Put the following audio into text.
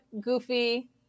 goofy